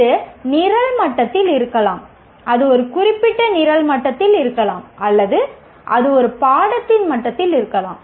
இது நிரல் மட்டத்தில் இருக்கலாம் அது ஒரு குறிப்பிட்ட நிரல் மட்டத்தில் இருக்கலாம் அல்லது அது ஒரு பாடத்தின் மட்டத்தில் இருக்கலாம்